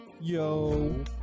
Yo